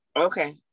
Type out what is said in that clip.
okay